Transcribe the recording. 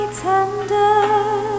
tender